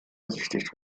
besichtigt